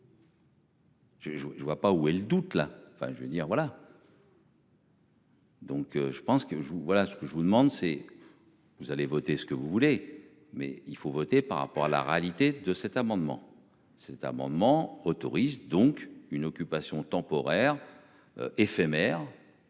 je ne vois pas où est le doute là enfin je veux dire voilà. Donc je pense que je, voilà ce que je vous demande c'est. Vous allez voter ce que vous voulez mais il faut voter par rapport à la réalité de cet amendement. Cet amendement autorise donc une occupation temporaire. Éphémère.